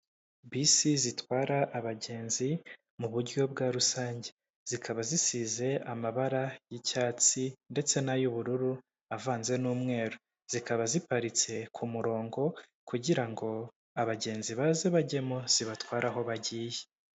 Bisi zitwara abagenzi mu buryo bwa rusange, zikaba zisize amabara y'icyatsi ndetse n'ay'ubururu avanze n'umweru, zikaba ziparitse ku murongo kugira ngo abagenzi baze bajyemo zibatware aho bagiye.